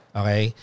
okay